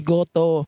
Goto